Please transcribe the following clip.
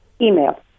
Email